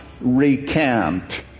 recant